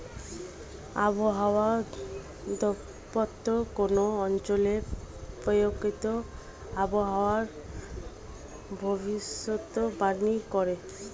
আবহাওয়া দপ্তর কোন অঞ্চলের প্রাকৃতিক আবহাওয়ার ভবিষ্যতবাণী করে